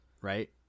right